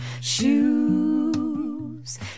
shoes